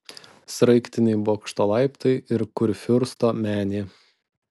sraigtiniai bokšto laiptai ir kurfiursto menė